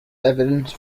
evidence